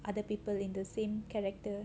other people in the same character